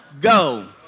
go